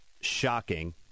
shocking